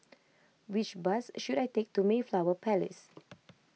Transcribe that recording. which bus should I take to Mayflower Palace